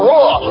Raw